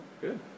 Good